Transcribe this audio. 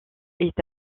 est